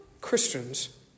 Christians